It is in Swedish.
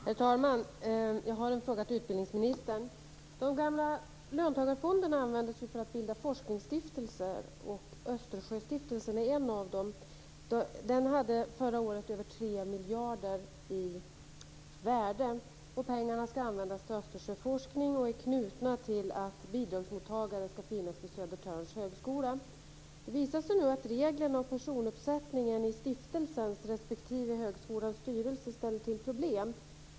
Herr talman! Jag har en fråga till utbildningsministern. De gamla löntagarfonderna användes ju för att bilda forskningsstiftelser, och Östersjöstiftelsen är en av dem. Den hade förra året över 3 miljarder i värde. Pengarna ska användas till Östersjöforskning och är knutna till att bidragsmottagaren ska finnas vid Södertörns högskola. Det visar sig nu att reglerna om personuppsättningen i stiftelsens respektive högskolans styrelse ställer till problem.